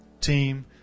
team